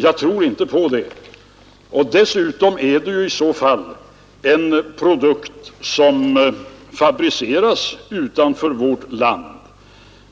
Jag tror inte på det. Dessutom är det i så fall fråga om en produkt som fabriceras utanför vårt land